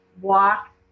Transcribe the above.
walk